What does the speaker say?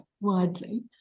widely